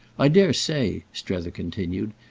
i dare say, strether continued,